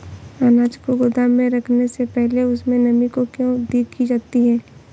अनाज को गोदाम में रखने से पहले उसमें नमी को क्यो देखी जाती है?